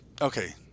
Okay